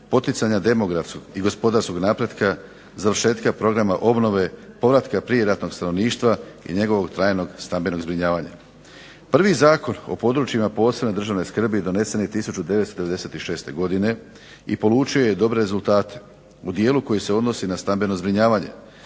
poticanja demografskog i gospodarskog napretka, završetka programa obnove, povratka prijeratnog stanovništva i njegovog trajnog stambenog zbrinjavanja. Prvi Zakon o područjima posebne državne skrbi donesen je 1996. godine i polučio je dobre rezultate u dijelu koji se odnosi na stambeno zbrinjavanje.